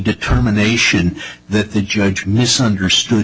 determination that the judge misunderstood